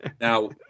Now